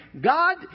God